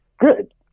good